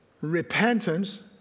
repentance